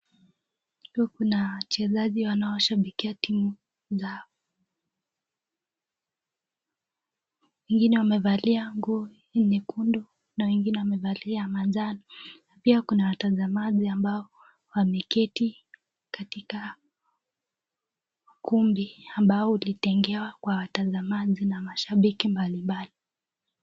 Kuna wachezaji wanaoshabikia timu zao. Wengine wamevaa nguo nyeukundu na wengine wamevaa manjano na pia kuna watazamaji ambao wameketi katika ukumbi ambao ulitengewa kwa watazamaji na mashabiki mbalimbali.